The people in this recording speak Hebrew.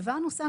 דבר נוסף,